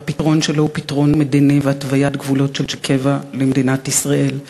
והפתרון שלו הוא פתרון מדיני והתוויית גבולות של קבע למדינת ישראל.